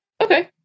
Okay